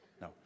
No